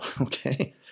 Okay